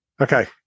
Okay